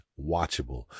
watchable